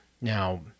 now